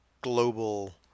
global